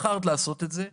בחרת לעשות את זה.